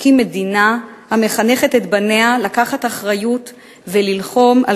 מקים מדינה המחנכת את בניה לקחת אחריות וללחום על